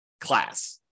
class